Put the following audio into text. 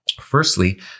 Firstly